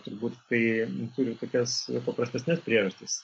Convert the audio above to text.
turbūt kai turi tokias paprastesnes priežastis